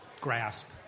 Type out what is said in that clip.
grasp